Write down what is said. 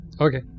Okay